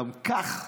גם כך,